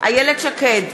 איילת שקד,